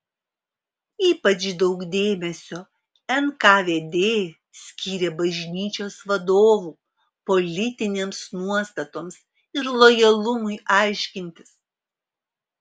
ypač daug dėmesio nkvd skyrė bažnyčios vadovų politinėms nuostatoms ir lojalumui aiškintis